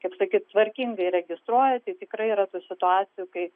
kaip sakyt tvarkingai registruoja tai tikrai yra tų situacijų kai